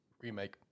remake